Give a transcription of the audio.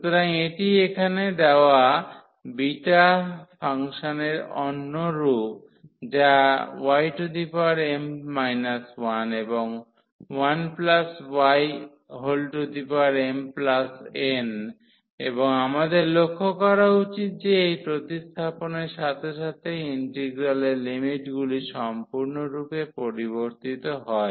সুতরাং এটি এখানে দেওয়া বিটা ফাংশনের অন্য রূপ যা ym 1 এবং 1ymn এবং আমাদের লক্ষ্য করা উচিত যে এই প্রতিস্থাপনের সাথে সাথে ইন্টিগ্রালের লিমিটগুলি সম্পূর্ণরূপে পরিবর্তিত হয়